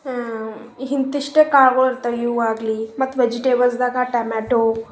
ಇಂತಿಷ್ಟೇ ಕಾಳಗಳು ಇರ್ತಾವೆ ಇವು ಆಗಲಿ ಮತ್ತು ವೆಜಿಟೇಬಲ್ಸ್ದಾಗ ಟಮ್ಯಾಟೊ